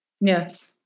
Yes